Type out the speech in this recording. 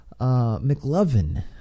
McLovin